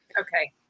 okay